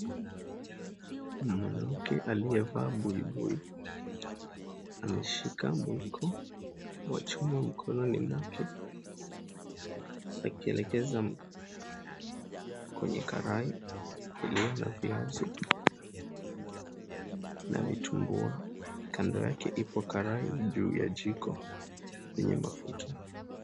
Mwanamke aliyevaa buibui ameshika mwiko wa chuma mkononi mwake akielekeza kwenye karai iliyo na viazi na vitumbua. Kando yake ipo karai juu ya jiko lenye mafuta.